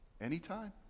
Anytime